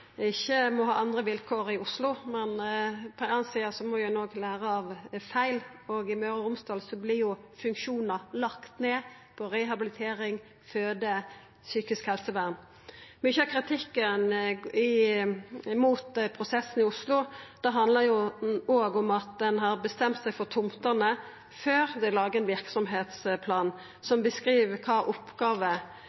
ikkje må ha andre vilkår i Oslo, men på den andre sida må ein òg læra av feil, og i Møre og Romsdal vert jo funksjonar lagde ned – på rehabilitering, fødeavdelingar og innan psykisk helsevern. Mykje av kritikken mot prosessen i Oslo handlar òg om at ein har bestemt seg for tomtene før ein har laga ein